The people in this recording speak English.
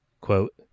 quote